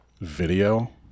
video